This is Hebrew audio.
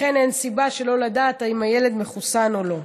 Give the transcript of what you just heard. לכן אין סיבה שלא לדעת אם הילד מחוסן או לא.